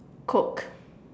coke